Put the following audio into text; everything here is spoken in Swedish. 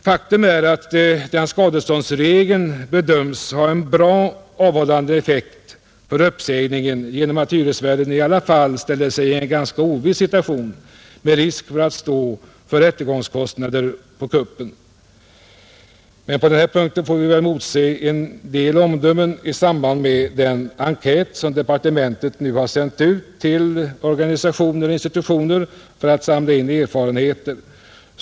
Faktum är att skadeståndsregeln bedöms ha en bra avhållande effekt när det gäller uppsägning genom att hyresvärden i alla fall ställer sig i en ganska oviss situation med risk för att få stå för rättegångskostnader på kuppen. Men på den punkten får vi väl motse en del omdömen i samband med den enkät som departementet nu sänt ut till organisationer och institutioner för att samla in erfarenheter.